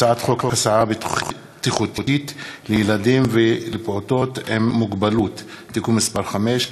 הצעת חוק הסעה בטיחותית לילדים ולפעוטות עם מוגבלות (תיקון מס' 5),